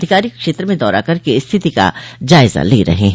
अधिकारी क्षेत्र में दौरा करके स्थिति का जायजा ले रहे हैं